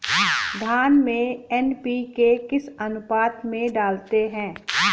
धान में एन.पी.के किस अनुपात में डालते हैं?